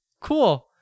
Cool